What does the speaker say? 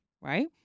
right